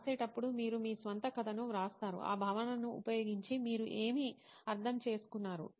రాసేటప్పుడు మీరు మీ స్వంత కథను వ్రాస్తారు ఆ భావనను ఉపయోగించి మీరు ఏమి అర్థం చేసుకున్నారు